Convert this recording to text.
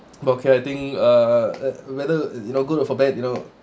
okay I think uh whether you know good or for bad you know